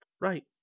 Right